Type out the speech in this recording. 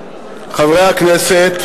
חברי הכנסת,